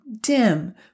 dim